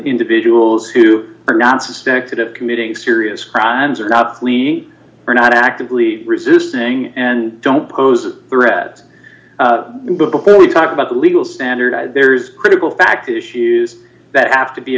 individuals who are not suspected of committing serious crimes are not clean are not actively resisting and don't pose a threat but before we talk about the legal standard there's a critical fact issues that have to be